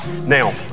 now